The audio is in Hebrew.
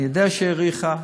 אני יודע שהיא האריכה.